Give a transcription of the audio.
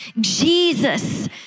Jesus